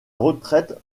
retraite